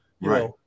Right